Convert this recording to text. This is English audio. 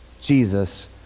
Jesus